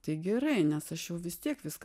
tai gerai nes aš jau vis tiek viską